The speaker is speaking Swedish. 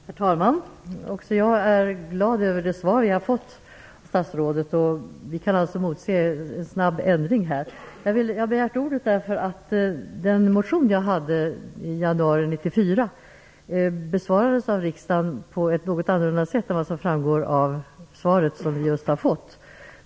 Herr talman! Även jag är glad över det svar vi har fått av statsrådet. Vi kan alltså motse en snabb ändring. Jag har begärt ordet därför att den motion jag skrev i januari 1994 besvarades av riksdagen på ett något annorlunda sätt än vad som framgår av svaret vi just har fått.